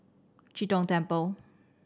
Chee Tong Temple